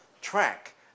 track